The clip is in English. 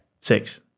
Six